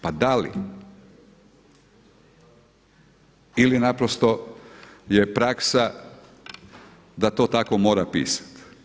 Pa da li ili naprosto je praksa da to tako mora pisati?